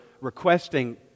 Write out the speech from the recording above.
requesting